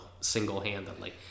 single-handedly